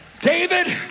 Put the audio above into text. David